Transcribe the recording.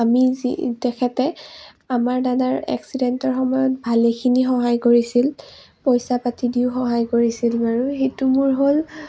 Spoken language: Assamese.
আমি যি তেখেতে আমাৰ দাদাৰ এক্সিডেণ্টৰ সময়ত ভালেখিনি সহায় কৰিছিল পইচা পাতি দিও সহায় কৰিছিল বাৰু সেইটো মোৰ হ'ল